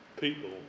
people